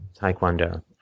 Taekwondo